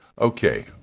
Okay